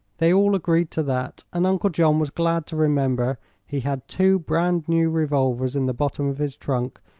they all agreed to that, and uncle john was glad to remember he had two brand new revolvers in the bottom of his trunk,